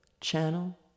channel